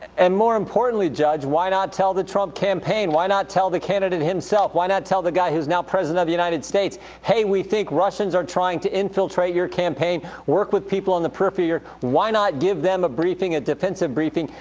and more importantly, judge, why not tell the trump campaign? why not tell the candidate himself? why not tell the guy who's now president of the united states, hey, we think russians are trying to infiltrate your campaign. work with people on the periphery, why not give them a briefing, a defensive briefing?